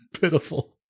pitiful